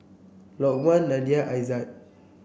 Lokman Nadia Aizat